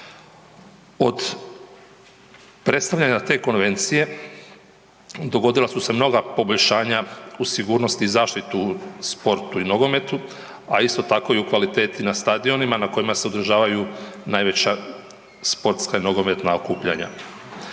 Od predstavljanja te Konvencije dogodila su se mnoga poboljšanja uz sigurnost i zaštitu u sportu i nogometu, a isto tako u kvaliteti na stadionima na kojima se održavaju najveća sportska nogometna okupljanja.